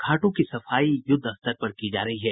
घाटों की सफाई युद्धस्तर पर की जा रही है